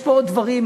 יש פה עוד דברים,